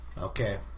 Okay